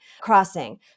crossing